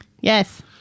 yes